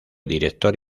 director